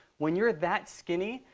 when you're that skinny,